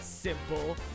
Simple